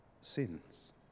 sins